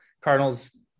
Cardinals